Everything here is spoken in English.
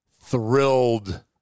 thrilled